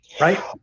right